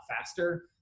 faster